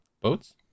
Boats